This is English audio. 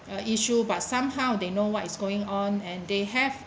uh issue but somehow they know what is going on and they have